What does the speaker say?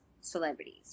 celebrities